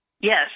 Yes